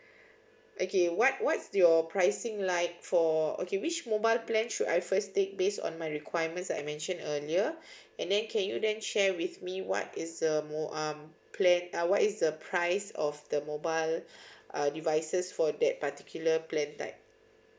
okay what what's your pricing like for okay which mobile plan should I first take based on my requirements I mentioned earlier and then can you then share with me what is the mo~ um plan uh what is the price of the mobile uh devices for that particular plan type